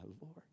Lord